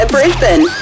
Brisbane